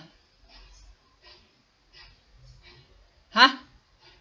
!huh!